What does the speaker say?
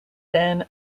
then